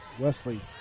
Wesley